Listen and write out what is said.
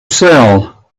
sell